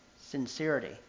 sincerity